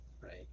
right